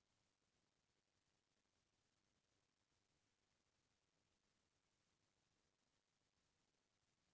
हमार खाता मे पिछला महीना केतना पईसा रहल ह तनि बताईं?